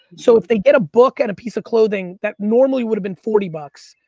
so, if they get a book and a piece of clothing that normally would have been forty bucks,